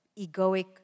egoic